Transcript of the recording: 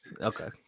Okay